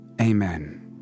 Amen